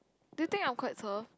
do you think I'm quite soft